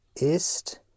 ist